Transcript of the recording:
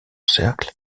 cercle